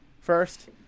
first